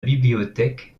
bibliothèque